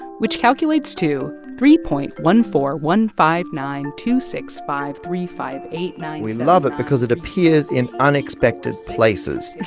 which calculates to three point one four one five nine two six five three five eight nine we love it because it appears in unexpected places.